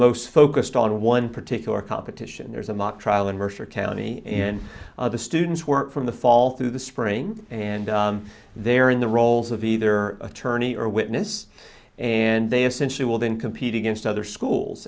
most focused on one particular competition there's a mock trial and mercer county and other students work from the fall through the spring and they're in the roles of either attorney or witness and they essentially will then compete against other schools